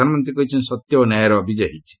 ପ୍ରଧାନମନ୍ତ୍ରୀ କହିଛନ୍ତି ସତ୍ୟ ଓ ନ୍ୟାୟର ବିଜୟ ହୋଇଛି